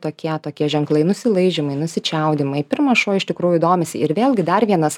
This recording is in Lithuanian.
tokie tokie ženklai nusilaižymai nusičiaudėjimai pirma šuo iš tikrųjų domisi ir vėlgi dar vienas